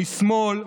משמאל,